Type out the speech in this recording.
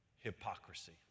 hypocrisy